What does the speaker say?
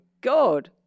god